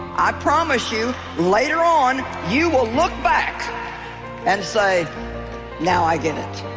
i promise you later on you will look back and say now i get it